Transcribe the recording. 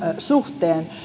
suhteen